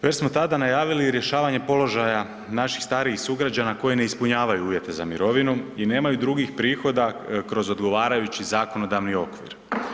Već smo tada najavili rješavanje položaja naših starijih sugrađana koji ne ispunjavaju uvjete za mirovinu i nemaju drugih prihoda kroz odgovarajući zakonodavni okvir.